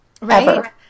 Right